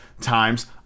times